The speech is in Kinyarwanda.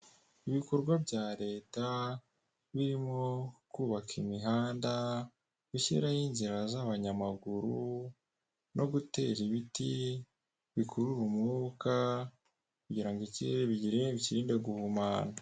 Ibikorwa bya leta birimo kubaka imihanda gushyiraho inzira z'abanyamaguru no gutera ibiti bikurura umwuka kugirango ikirere bigire bikirinde guhumana.